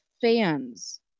fans